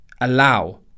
allow